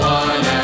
one